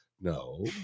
no